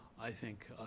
i think